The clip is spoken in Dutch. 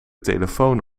telefoon